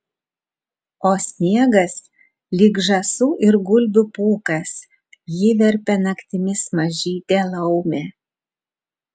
o sniegas lyg žąsų ir gulbių pūkas jį verpia naktimis mažytė laumė